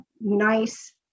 nice